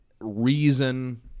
reason